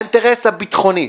האינטרס הביטחוני,